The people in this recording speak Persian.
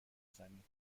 زمین